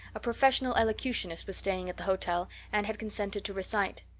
a professional elocutionist was staying at the hotel and had consented to recite.